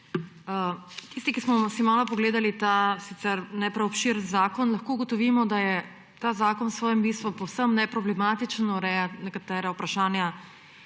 Tisti, ki smo si malo pogledali ta sicer ne prav obširen zakon, lahko ugotovimo, da je ta zakon v svojem bistvu povsem neproblematičen; ureja nekatera vprašanja